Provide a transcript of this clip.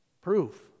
proof